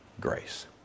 grace